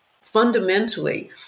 fundamentally